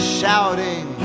shouting